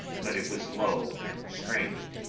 but it was low and strained.